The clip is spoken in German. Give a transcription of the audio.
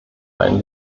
einen